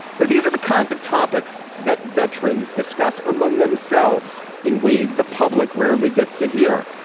now, these are the kinds of topics that veterans discuss among themselves in ways the public rarely gets to hear,